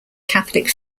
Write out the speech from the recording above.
catholic